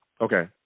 Okay